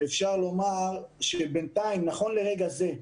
אפשר לומר שבינתיים נכון לרגע זה,